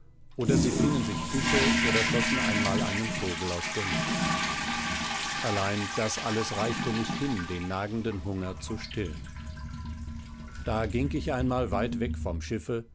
oder sie fingen sich fische oder schossen einmal einen vogel aus der luft allein das alles reichte nicht hin den nagenden hunger zu stillen da ging ich einmal weit weg vom schiffe